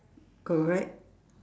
correct